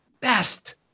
best